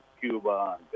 Cuba